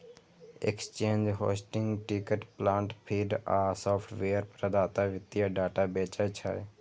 exchange, hosting, ticker plant feed आ software प्रदाता वित्तीय डाटा बेचै छै